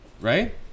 Right